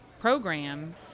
program